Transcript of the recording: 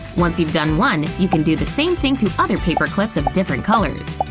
once you've done one, you can do the same things to other paperclips of different colors.